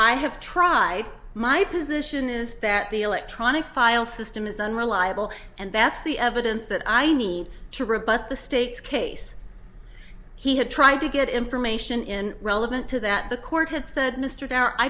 i have tried my position is that the electronic file system is unreliable and that's the evidence that i need to rebut the state's case he had tried to get information in relevant to that the court had said mr